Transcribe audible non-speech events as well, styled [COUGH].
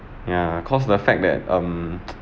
ya cause the fact that um [NOISE]